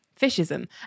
Fishism